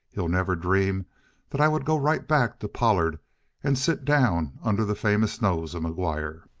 he'll never dream that i would go right back to pollard and sit down under the famous nose of mcguire!